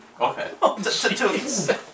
Okay